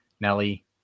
Nelly